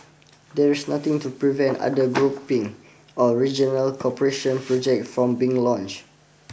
there is nothing to prevent other grouping or regional cooperation projects from being launch